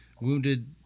Wounded